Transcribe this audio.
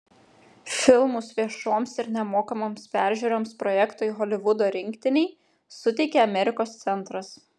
filmus viešoms ir nemokamoms peržiūroms projektui holivudo rinktiniai suteikė amerikos centras